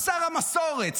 שר המסורת,